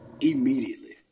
immediately